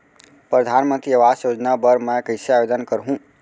परधानमंतरी आवास योजना बर मैं कइसे आवेदन करहूँ?